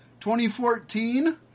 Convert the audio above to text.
2014